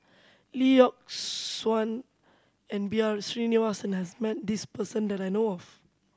Lee Yock Suan and B R Sreenivasan has met this person that I know of